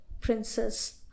Princess